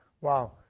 Wow